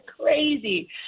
crazy